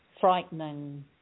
frightening